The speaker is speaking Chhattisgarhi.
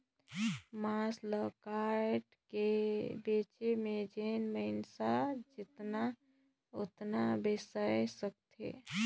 मांस ल कायट के बेचे में जेन मइनसे जेतना चाही ओतना बेसाय सकथे